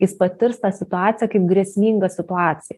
jis patirs tą situaciją kaip grėsmingą situaciją